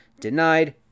Denied